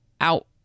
out